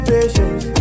Patience